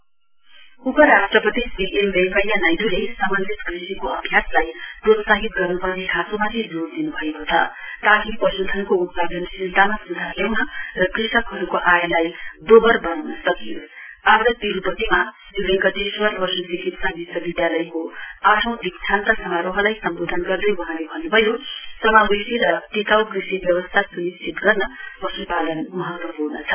VP उपराष्ट्रपति Shri M Venkaiah नाइडूले समन्वित कृषिकले अभ्यासलाई प्रोत्साहित गर्न्पर्ने खाँचोमाथि जोड दिन्भएको छ ताकि पश्धनको उत्पादनशीलमा स्धार ल्याउन् र कृषकहरूको आयलाई दोवर बनाउन सकियोस् तिरुपतीका श्री वैंकटेश्वर पश्चिकित्सा विश्वविधालयको आठौं दीक्षन्त समारोहलाई सम्वोधन गर्दै वहाँले भन्न्भयो बढ़ी समावेशी र टिकाउ कृषि व्यवस्था स्निश्चित गर्न पश्पालन महत्वपूर्ण छ